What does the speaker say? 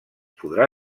podrà